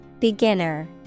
Beginner